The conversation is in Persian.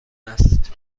است